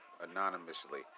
anonymously